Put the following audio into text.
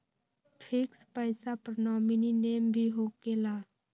Fix पईसा पर nominee name भी होकेला?